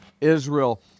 Israel